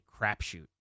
crapshoot